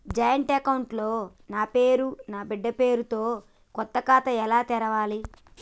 Joint account లో నా పేరు నా బిడ్డే పేరు తో కొత్త ఖాతా ఎలా తెరవాలి?